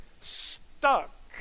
stuck